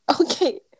Okay